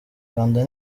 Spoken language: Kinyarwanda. rwanda